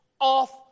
off